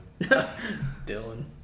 Dylan